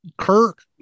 Kirk